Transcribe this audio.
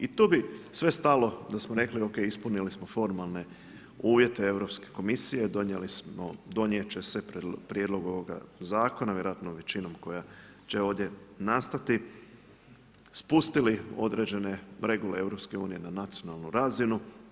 I tu bi sve stalo da smo rekli ok, ispunili smo formalne uvjete Europske komisije, donijeli smo, donijeti će se prijedlog ovoga zakona, vjerojatno većinom koja će ovdje nastati, spustili određene regule EU na nacionalnu razinu.